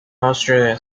australia